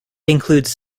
includes